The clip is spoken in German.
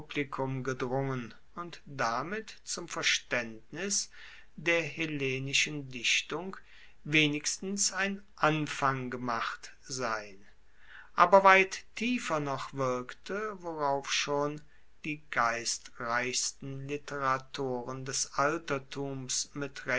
publikum gedrungen und damit zum verstaendnis der hellenischen dichtung wenigstens ein anfang gemacht sein aber weit tiefer noch wirkte worauf schon die geistreichsten literatoren des altertums mit